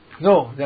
No